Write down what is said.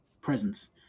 presence